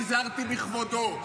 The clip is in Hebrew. נזהרתי בכבודו,